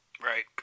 Right